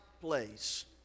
place